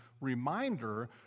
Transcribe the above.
reminder